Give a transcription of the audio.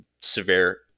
severe